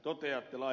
toteatte